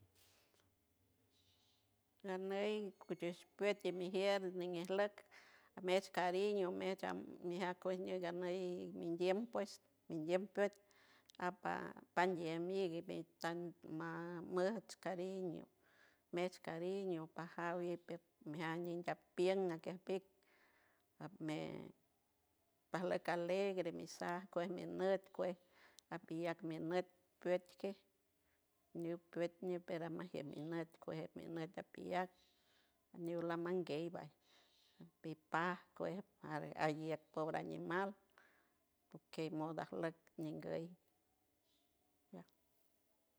Ganey guyuy sped mi gier ñiñi sloc mesh cariño, metch an macoig nii ndiem pues, ndiem pet apa pandiem mic, me tan ma muech cariño, mesh cariño pajaw it piet me jan nii nepien nat pic me pasloc alegre mi sac cue net not, cue apiw at not pet quet niw pet quet per amigier me not que mi not apillac yu lama languey apipa cue alle co animal toque modo nanguey.